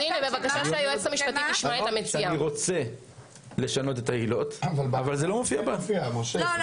אני רוצה לשנות את העילות אבל זה לא מופיע כאן.